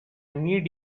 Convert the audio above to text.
need